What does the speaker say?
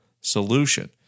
solution